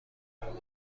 بودند